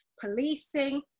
policing